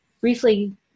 briefly